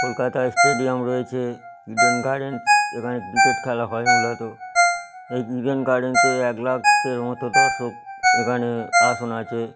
কলকাতায় স্টেডিয়াম রয়েছে Eden Gardens সেখানে ক্রিকেট খেলা হয় মূলত এই ইডেন গার্ডেনতে এক লাখ এর মতো দর্শক এখানে আসন আছে